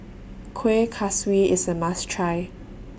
Kueh Kaswi IS A must Try